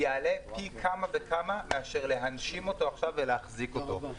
פי כמה וכמה מאשר להנשים אותו עכשיו ולהחזיק אותו.